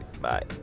bye